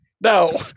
no